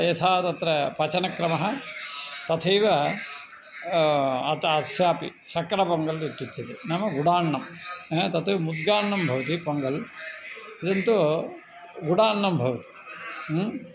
यथा तत्र पचनक्रमः तथैव अतः अस्यापि शर्करपोङ्गल् इत्युच्यते नाम गुडान्नं तत् मुद्गान्नं भवति पोङ्गल् इदन्तु गुडान्नं भवति ह्म्